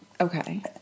Okay